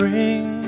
Bring